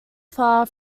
far